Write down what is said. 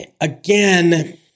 again